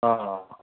ꯑꯥ